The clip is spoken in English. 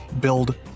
build